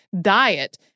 diet